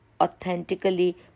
authentically